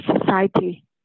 society